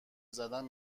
زدن